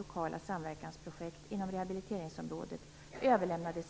och har remissbehandlats.